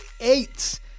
eight